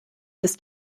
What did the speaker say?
ist